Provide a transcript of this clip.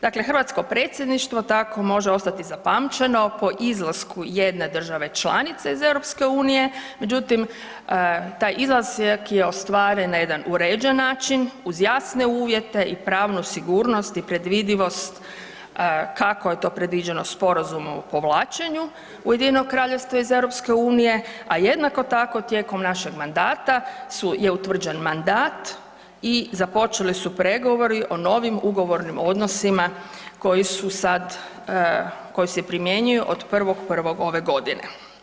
Dakle, hrvatsko predsjedništvo tako može ostati zapamćeno po izlasku jedne države članice iz EU, međutim, taj izlazak je ostvaren na jedan uređen način uz jasne uvjete i pravnu sigurnost i predvidivost kako je to predviđeno Sporazumom o povlačenju UK-a iz EU, a jednako tako tijekom našeg mandata je utvrđen mandat i započeli su pregovori o novim ugovornim odnosima koji su sad, koji se primjenjuju od 1.1. ove godine.